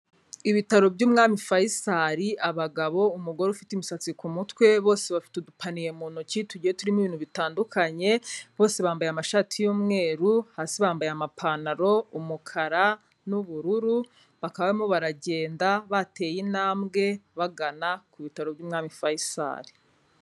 Ibitaro by'Umwami Faisal, abagabo, umugore ufite imisatsi ku mutwe, bose bafite udupaniye mu ntoki tugiye turimo ibintu bitandukanye, bose bambaye amashati y'umweru, hasi bambaye amapantaro, umukara n'ubururu, bakaba barimo baragenda bateye intambwe bagana ku bitaro by'Umwami Faisal.